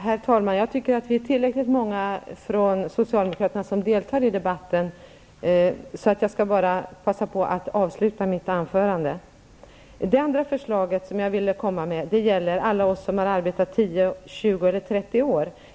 Herr talman! Jag tycker vi är tillräckligt många från socialdemokraterna som deltar i debatten. Jag skall passa på att avsluta mitt anförande. Det andra förslag jag vill föra fram gäller alla oss som har arbetat tio, tjugo, eller trettio år.